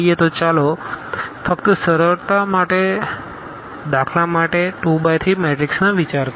તો ચાલો ફક્ત સરળતા માટે દાખલા માટે આ 2 બાય 3 મેટ્રિસનો વિચાર કરીએ